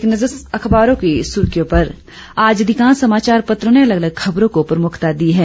एक नज़र अखबारों की सुर्खियों पर आज अधिकांश समाचार पत्रों ने अलग अलग खबरों को प्रमुखता दी है